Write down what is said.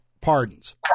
pardons